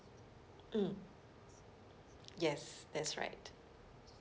mm yes that's right